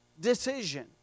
decision